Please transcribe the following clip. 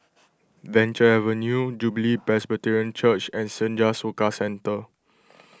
Venture Avenue Jubilee Presbyterian Church and Senja Soka Centre